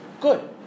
Good